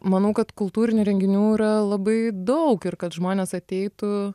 manau kad kultūrinių renginių yra labai daug ir kad žmonės ateitų